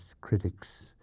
critics